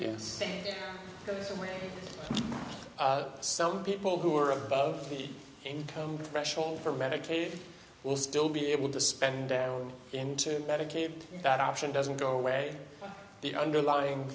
with some people who are above the income threshold for medicaid will still be able to spend down into medicaid that option doesn't go away the underlying